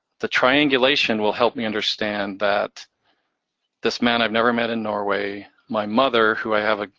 the triangulation will help me understand that this man i've never met in norway, my mother who i have, ah